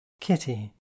Kitty